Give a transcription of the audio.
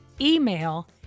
email